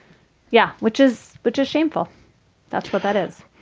yeah. which is but just shameful that's what that is.